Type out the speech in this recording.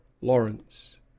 Lawrence